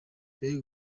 mbega